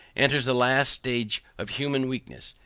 enters the last stage of human weakness.